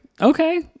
okay